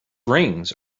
rings